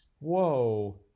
Whoa